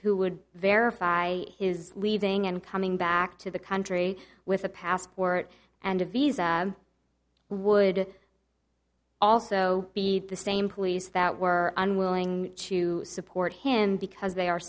who would verify his leaving and coming back to the country with a passport and a visa would also be the same police that were unwilling to support him because they are